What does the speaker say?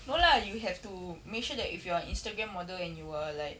no lah you have to make sure that if you are Instagram model and you are like